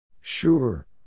Sure